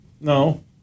No